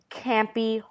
campy